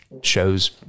show's